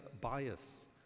bias